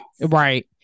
Right